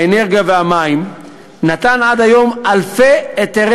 האנרגיה והמים נתן עד היום אלפי היתרי